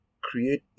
create